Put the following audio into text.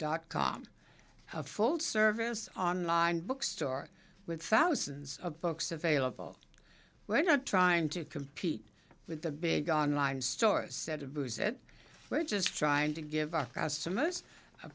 dot com a full service online bookstore with thousands of books available we're not trying to compete with the big online store set of booze it we're just trying to give our customers a